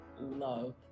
love